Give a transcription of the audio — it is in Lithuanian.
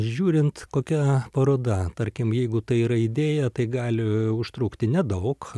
žiūrint kokia paroda tarkim jeigu tai yra idėja tai gali užtrukti nedaug